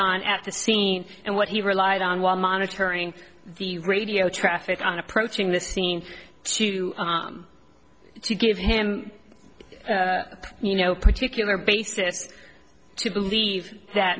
on at the scene and what he relied on while monitoring the radio traffic on approaching the scene to give him you know particular basis to believe that